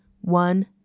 one